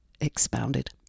expounded